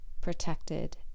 protected